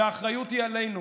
והאחריות היא עלינו,